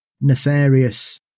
nefarious